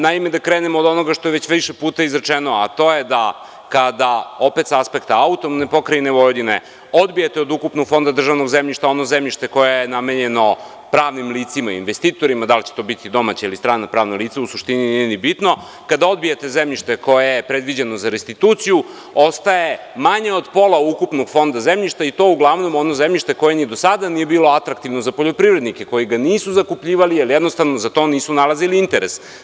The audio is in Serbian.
Naime, da krenemo od onoga što je već više puta izrečeno, a to je da kada opet sa aspekta AP Vojvodine odbijete od ukupnog fonda državnog zemljišta ono zemljište koje je namenjeno pravnim licima, investitorima, da li će to biti domaće ili strano pravno lice, u suštini nije ni bitno, kada odbijete zemljište koje je predviđeno za restituciju, ostaje manje od pola ukupnog fonda zemljišta i to uglavnom ono zemljište koje ni do sada nije bilo atraktivno za poljoprivrednike koji ga nisu zakupljivali, ali jednostavno za to nisu nalazili interes.